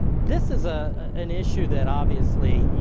this is ah an issue that obviously, yeah